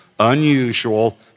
unusual